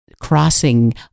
crossing